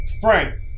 Frank